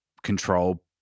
control